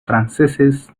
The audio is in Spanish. franceses